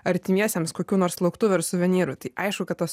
artimiesiems kokių nors lauktuvių ar suvenyrų tai aišku kad tas